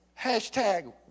hashtag